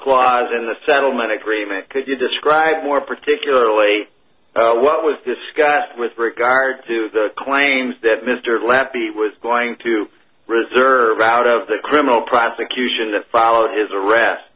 clause in the settlement agreement could you describe more particularly what was discussed with regard to the claims that mr lambie was going to reserve out of the criminal prosecution that followed his ar